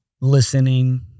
listening